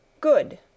Good